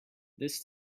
this